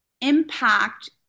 impact